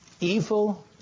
Evil